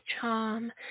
charm